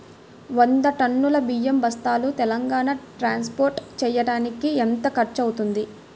వంద టన్నులు బియ్యం బస్తాలు తెలంగాణ ట్రాస్పోర్ట్ చేయటానికి కి ఎంత ఖర్చు అవుతుంది?